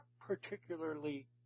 particularly